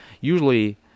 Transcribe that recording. usually